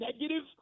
negative